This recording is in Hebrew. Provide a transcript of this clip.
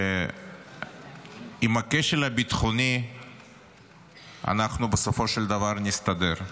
שעם הכשל הביטחוני אנחנו בסופו של דבר נסתדר,